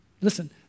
Listen